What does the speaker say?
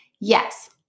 Yes